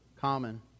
common